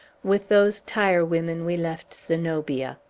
with those tire-women we left zenobia.